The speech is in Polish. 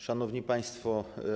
Szanowni Państwo!